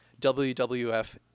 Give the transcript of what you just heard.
WWF